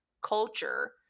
culture